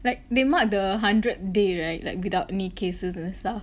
like they mark the hundred day right like without any cases and stuff